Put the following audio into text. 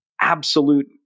absolute